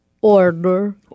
Order